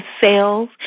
sales